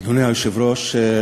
אדוני היושב-ראש,